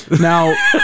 now